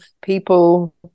people